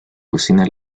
cocina